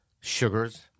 sugars